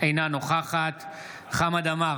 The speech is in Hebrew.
אינה נוכחת חמד עמאר,